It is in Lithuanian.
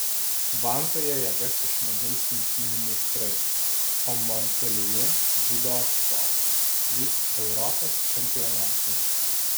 vantoje jėgas išmėgins imtynių meistrai o monpeljė dziudo atstovai vyks europos čempionatai